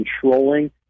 controlling